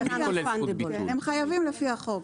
הם חייבים לפי החוק.